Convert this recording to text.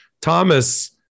Thomas